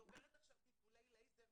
היא עוברת עכשיו טיפולי לייזר.